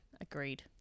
Agreed